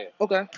Okay